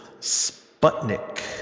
Sputnik